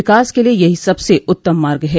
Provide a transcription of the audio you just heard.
विकास के लिए यही सबसे उत्तम मार्ग है